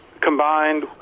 combined